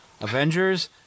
Avengers